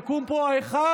יקום פה האחד,